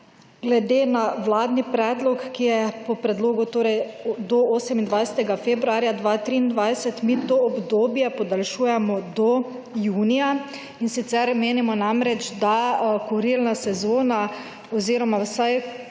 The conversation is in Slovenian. glede na vladni predlog, ki je po predlogu torej do 28. februarja 2023 mi to obdobje podaljšujemo do junija. In sicer menimo namreč, da kurilna sezona oziroma vsaj